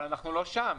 אבל אנחנו לא שם.